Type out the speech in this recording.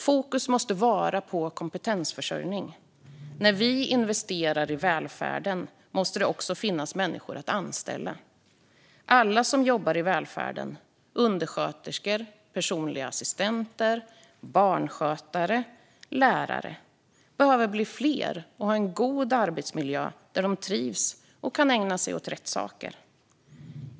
Fokus måste vara på kompetensförsörjning. När vi investerar i välfärden måste det också finnas människor att anställa. Alla som jobbar i välfärden - undersköterskor, personliga assistenter, barnskötare och lärare - behöver bli fler och ha en god arbetsmiljö där de trivs och kan ägna sig åt rätt saker.